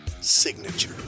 signature